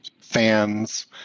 fans